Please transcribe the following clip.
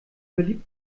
beliebt